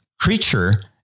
creature